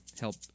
help